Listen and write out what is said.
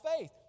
faith